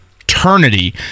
eternity